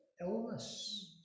illness